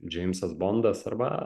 džeimsas bondas arba